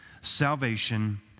salvation